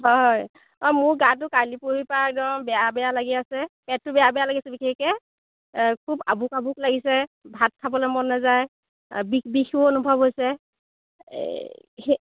হয় অ মোৰ গাটো কালি পৰহিৰ পৰা একদম বেয়া বেয়া লাগি আছে পেটটো বেয়া বেয়া লাগিছে বিশেষকৈ খুব আভোক আভোক লাগিছে ভাত খাবলৈ মন নাযায় বিষ বিষো অনুভৱ হৈছে এই সেই